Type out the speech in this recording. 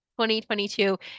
2022